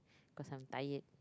cause I'm tired